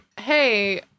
Hey